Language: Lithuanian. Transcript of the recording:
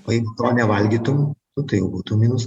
o jeigu to nevalgytum nu tai jau būtų minus